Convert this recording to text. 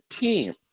team